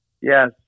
Yes